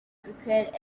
prepared